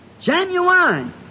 Genuine